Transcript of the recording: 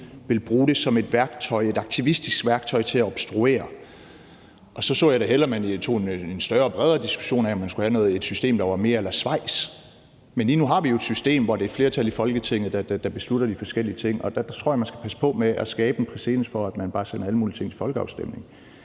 vil bruge det som et værktøj, et aktivistisk værktøj, til at obstruere. Og så så jeg da hellere, at man tog en større og bredere diskussion af, om man skulle have et system, der var mere a la det i Schweiz. Men lige nu har vi jo et system, hvor det er et flertal i Folketinget, der beslutter de forskellige ting, og der tror jeg, at man skal passe på med at skabe en præcedens for, at man bare sender alle mulige ting til folkeafstemning.